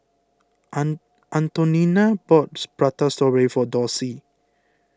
an Antonina bought Prata Strawberry for Dorsey